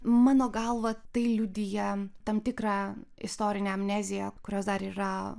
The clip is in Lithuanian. mano galva tai liudija tam tikrą istorinę amneziją kurios dar yra